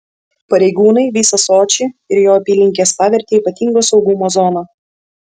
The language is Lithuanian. pareigūnai visą sočį ir jo apylinkes pavertė ypatingo saugumo zona